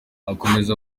akomeza